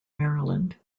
maryland